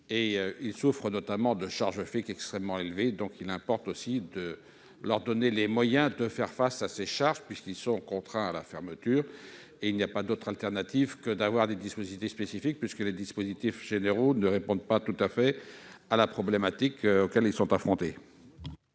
Ils souffrent notamment de charges fixes extrêmement élevées. Il importe donc de leur donner les moyens de faire face à ces charges, car ils sont contraints à la fermeture. Il n'y a pas d'autre alternative que d'avoir recours à des dispositifs spécifiques, puisque les dispositifs généraux ne répondent pas tout à fait à la problématique à laquelle ils sont confrontés.